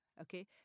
okay